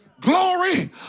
glory